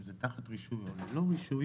אם זה תחת רישוי או ללא רישוי